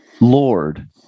Lord